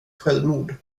självmord